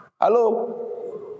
Hello